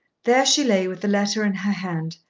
there she lay with the letter in her hand,